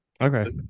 Okay